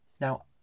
Now